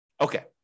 Okay